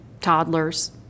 toddlers